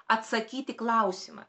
atsakyt į klausimą